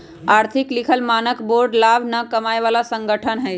आर्थिक लिखल मानक बोर्ड लाभ न कमाय बला संगठन हइ